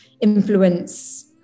influence